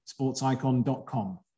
sportsicon.com